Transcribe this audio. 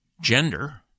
gender